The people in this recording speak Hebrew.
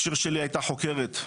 שיר שלי היתה חוקרת,